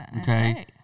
okay